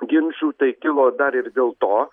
ginčų tai kilo dar ir dėl to